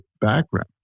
background